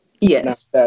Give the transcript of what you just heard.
Yes